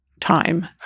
time